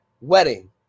wedding